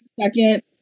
second